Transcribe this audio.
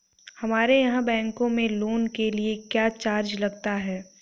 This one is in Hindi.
हमारे यहाँ बैंकों में लोन के लिए क्या चार्ज लगता है?